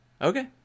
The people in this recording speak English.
Okay